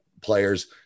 players